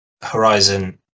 Horizon